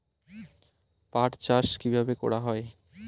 পাট চাষ কীভাবে করা হয়?